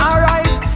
Alright